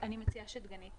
אני מציעה שדגנית